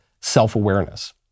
self-awareness